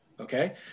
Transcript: okay